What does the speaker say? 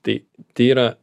tai tai yra